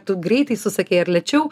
tu greitai susakei ar lėčiau